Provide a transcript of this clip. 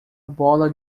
bola